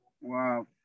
Wow